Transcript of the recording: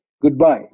Goodbye